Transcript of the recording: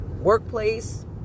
Workplace